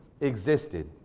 existed